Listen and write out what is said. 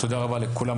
תודה רבה לכולם,